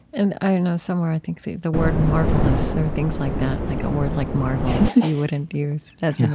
and i know somewhere, i think the the word marvelous. there were things like that, like a word like marvelous you wouldn't use as a